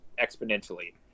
exponentially